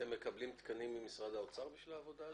אתם מקבלים תקנים ממשרד האוצר בשביל העבודה הזאת?